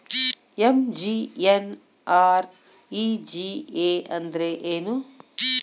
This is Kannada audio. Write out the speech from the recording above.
ಎಂ.ಜಿ.ಎನ್.ಆರ್.ಇ.ಜಿ.ಎ ಅಂದ್ರೆ ಏನು?